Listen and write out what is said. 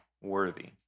worthy